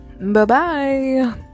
Bye-bye